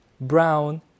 brown